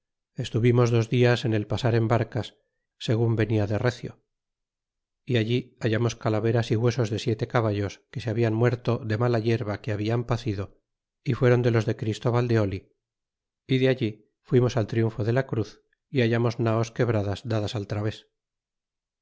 estuvimos dos dias en el pasar en barcas segun venia de recio y allí hallamos calaveras y huesos de siete caballos que se habian muerto de mala yerba que hablan pacido y fuéron de los de christóval de oh y de allí fuimos al triunfo de la cruz y hallamos naos quebradas dadas al través